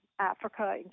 Africa